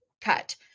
cut